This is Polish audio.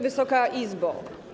Wysoka Izbo!